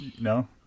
no